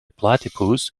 platypus